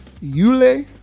Yule